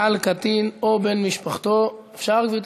על קטין או על בן-משפחתו ושיתוף במידע (הוראת שעה),